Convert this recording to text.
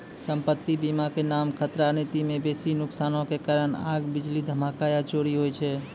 सम्पति बीमा के नाम खतरा नीति मे बेसी नुकसानो के कारण आग, बिजली, धमाका या चोरी होय छै